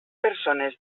persones